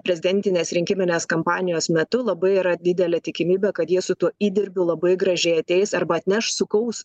prezidentinės rinkiminės kampanijos metu labai yra didelė tikimybė kad jie su tuo įdirbiu labai gražiai ateis arba atneš sukaus